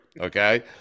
okay